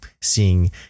seeing